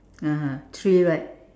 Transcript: (uh huh) three right